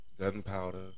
gunpowder